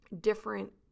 different